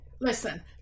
Listen